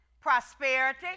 prosperity